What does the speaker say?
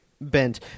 bent